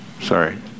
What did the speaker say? Sorry